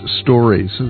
stories